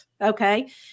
okay